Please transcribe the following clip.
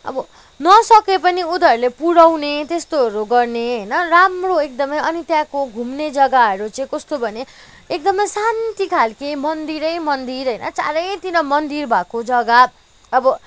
अब नसके पनि उनीहरूले पुर्याउने त्यस्तोहरू गर्ने होइन राम्रो एकदमै अनि त्यहाँको घुम्ने जग्गाहरू चाहिँ कस्तो भने एकदमै शान्ति खालके मन्दिरै मन्दिर होइन चारैतिर मन्दिर भएको जग्गा अब